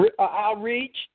outreach